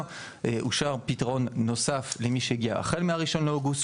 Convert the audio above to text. אושר פתרון נוסף למי שהגיעו החל מה-1 באוגוסט,